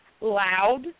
loud